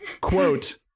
Quote